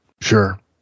Sure